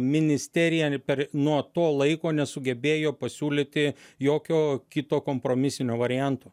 ministerija ne per nuo to laiko nesugebėjo pasiūlyti jokio kito kompromisinio varianto